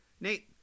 Nate